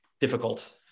difficult